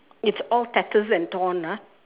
it's all tattered and torn ah